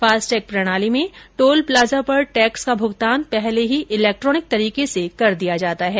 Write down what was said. FASTag प्रणाली में toll plaza पर टैक्स का भूगतान पहले ही इलैक्ट्रॉनिक तरीके से कर दिया जाता है